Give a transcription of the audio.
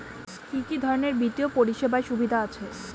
কি কি ধরনের বিত্তীয় পরিষেবার সুবিধা আছে?